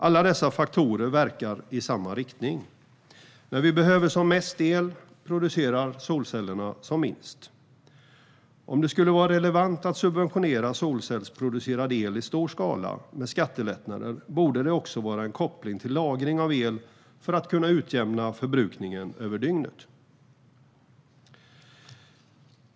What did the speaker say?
Alla dessa faktorer verkar i samma riktning: När vi behöver som mest el producerar solcellerna som minst. Om det skulle vara relevant att subventionera solcellsproducerad el i stor skala med skattelättnader borde det också finnas en koppling till lagring av el för att kunna utjämna förbrukningen över dygnet.